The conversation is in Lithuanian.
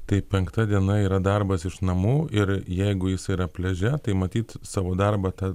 taip penkta diena yra darbas iš namų ir jeigu jis yra pliaže tai matyt savo darbą tą